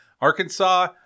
Arkansas